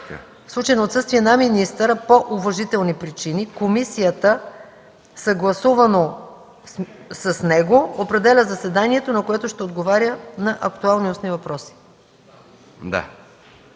„В случай на отсъствие на министъра по уважителни причини, комисията съгласувано с него определя заседанието, на което ще отговаря на актуални устни въпроси”.